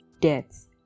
deaths